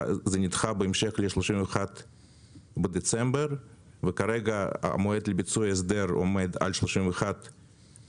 ובהמשך ל-31 בדצמבר וכרגע המועד לביצוע ההסדר עומד על 31 במרץ,